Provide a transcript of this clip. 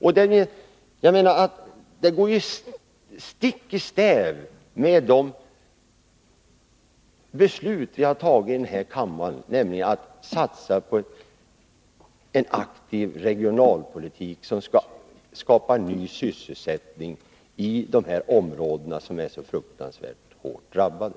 Effekterna går stick i stäv emot de beslut vi har fattat i denna kammare, nämligen att satsa på en aktiv regionalpolitik som skall skapa ny sysselsättning i dessa områden som är så fruktansvärt hårt drabbade.